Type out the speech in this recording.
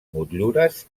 motllures